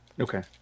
Okay